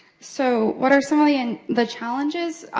so, what are some of the and the challenges?